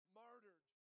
martyred